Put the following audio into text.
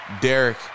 Derek